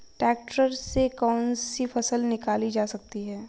Tractor से कौन कौनसी फसल निकाली जा सकती हैं?